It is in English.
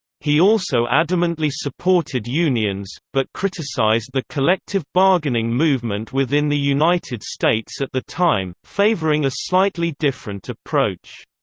he also adamantly supported unions, but criticized the collective bargaining movement within the united states at the time, favoring a slightly different approach.